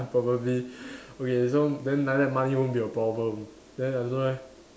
probably okay so then like that money won't be a problem then I don't know leh